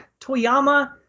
Toyama